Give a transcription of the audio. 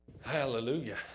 Hallelujah